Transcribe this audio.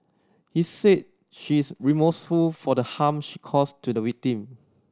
he said she is remorseful for the harm she caused to the victim